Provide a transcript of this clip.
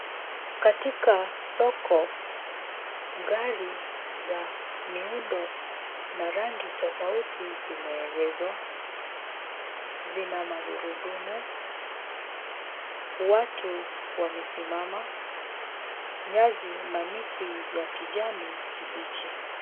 Katika soko, gari za miundo na rangi tofauti zimeegezwa. Zina magurudumu. Watu wamesimama. Nyasi na miti ya kijani kibichi.